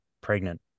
pregnant